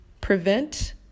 prevent